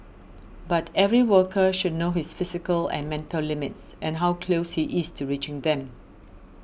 but every worker should know his physical and mental limits and how close he is to reaching them